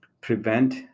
prevent